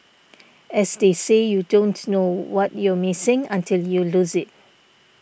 as they say you don't know what you're missing until you lose it